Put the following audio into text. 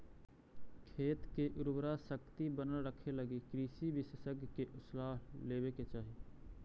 खेत के उर्वराशक्ति बनल रखेलगी कृषि विशेषज्ञ के सलाह लेवे के चाही